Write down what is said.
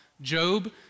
Job